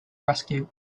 rescue